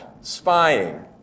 spying